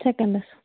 سٮ۪کَنڈَس